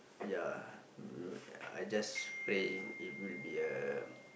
ya I just pray it it will be a